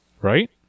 Right